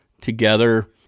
together